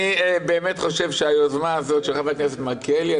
אני חושב שהיוזמה הזאת של חבר הכנסת מלכיאלי,